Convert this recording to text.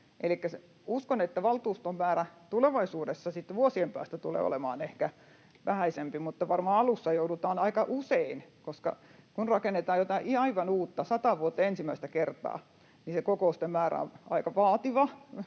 uskon, että valtuuston kokousten määrä tulevaisuudessa sitten vuosien päästä tulee olemaan ehkä vähäisempi, mutta varmaan alussa joudutaan aika usein, koska kun rakennetaan jotain aivan uutta, sataan vuoteen ensimmäistä kertaa, niin se kokousten määrä on aika vaativa,